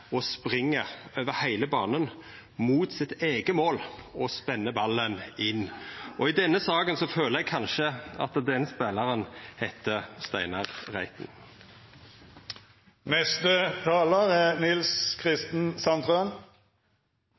og spring over heile banen, mot sitt eige mål, og spenner ballen inn. I denne saka føler eg kanskje at denne spelaren heiter Steinar Reiten. Det er